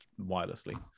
wirelessly